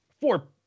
four